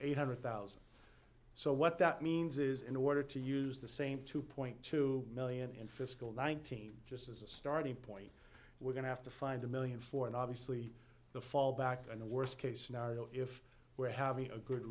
eight hundred thousand so what that means is in order to use the same two point two million in fiscal nineteen just as a starting point we're going to have to find a million for and obviously the fallback and the worst case scenario if we're having a good